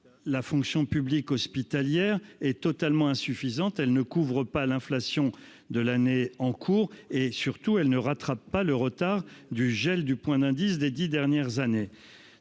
la fonction publique hospitalière, est totalement insuffisante, car elle ne couvre pas l'inflation de l'année en cours et, surtout, elle ne rattrape pas le retard du gel du point d'indice des dix dernières années.